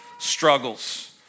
struggles